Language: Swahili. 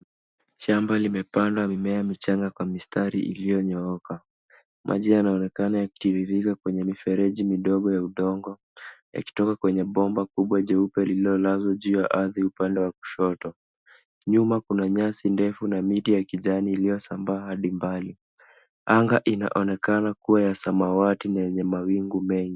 Shamba limepandwa mimea michanga kwa mistari iliyonyooka. Maji yanaonekana yakitiririka kwenye mifereji midogo ya udongo yakitoka kwenye bomba jeupe lililolazwa juu ya ardhi upande wa kushoto. Nyuma kuna nyasi ndefu na miti ya kijani iliyosambaa hadi mbali. Anga inaonekana kuwa ya samawati na yenye mawingu mengi.